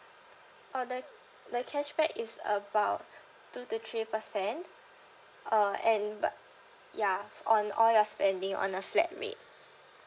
oh the the cashback is about two to three percent uh and but ya on all your spending on a flat rate